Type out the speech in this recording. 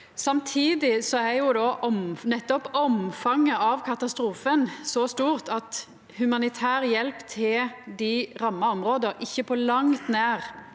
Samtidig er nettopp omfanget av katastrofen så stort at humanitær hjelp til dei ramma områda ikkje på langt nær